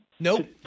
Nope